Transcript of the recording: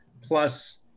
plus